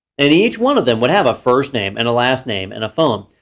and each one of them would have a first name and a last name, and a phone.